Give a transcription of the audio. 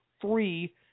three